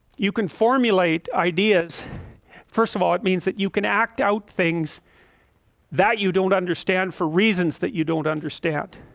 you can formulate ideas first of all, it means that you can act out things that you don't understand for reasons that you don't understand